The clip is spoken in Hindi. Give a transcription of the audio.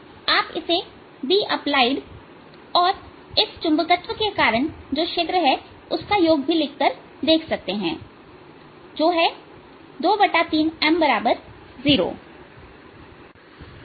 आप इसे Bapplied अनुप्रयुक्त और इस चुंबकत्व के कारण क्षेत्र का योग भी लिख कर देख सकते हैं जो ⅔ M 0 होना चाहिए